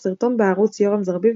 סרטון בערוץ "Yoram Zerbib",